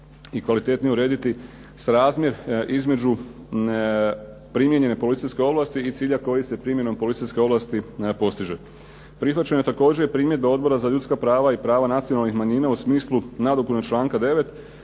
i kvalitetnije urediti srazmjer između primijenjene policijske ovlasti i cilja koji se primjenom policijske ovlasti postiže. Prihvaćena je također primjedba Odbora za ljudska prava i prava nacionalnih manjina u smislu nadopune članka 9.